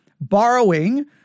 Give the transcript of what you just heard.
borrowing